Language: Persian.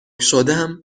شدم